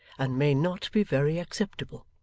and may not be very acceptable.